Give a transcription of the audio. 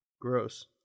Gross